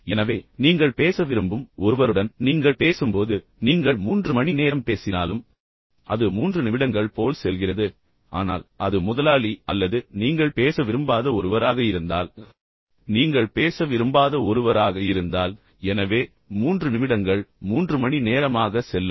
எனவே நீங்கள் பேச விரும்பும் பேச விரும்பும் ஒருவருடன் நீங்கள் பேசும்போது நீங்கள் 3 மணி நேரம் பேசினாலும் அது 3 நிமிடங்கள் போல் செல்கிறது ஆனால் அது முதலாளி அல்லது நீங்கள் பேச விரும்பாத ஒருவராக இருந்தால் நீங்கள் பேச விரும்பாத ஒருவராக இருந்தால் எனவே 3 நிமிடங்கள் 3 மணி நேரமாக செல்லும்